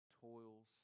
toils